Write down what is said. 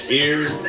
ears